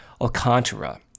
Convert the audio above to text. Alcantara